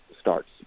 starts